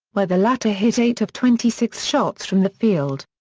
where the latter hit eight of twenty six shots from the field.